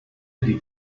die